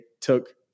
took